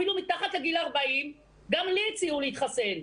אפילו מתחת לגיל 40. גם לי הציעו להתחסן,